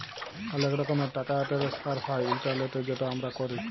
অলেক রকমের টাকা টেনেসফার হ্যয় ইলটারলেটে যেট আমরা ক্যরি